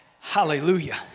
Hallelujah